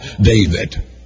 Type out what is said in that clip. David